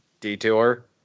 detour